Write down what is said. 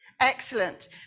excellent